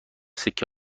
سکه